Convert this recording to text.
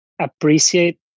appreciate